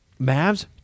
Mavs